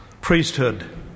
priesthood